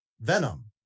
Venom